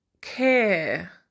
care